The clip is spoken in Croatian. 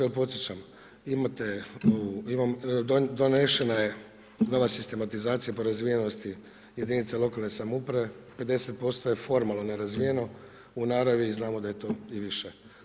Jer podsjećam imate, donesena je nova sistematizacija po razvijenosti jedinica lokalne samouprave, 50% je formalno nerazvijeno, u naravi znamo da je to i više.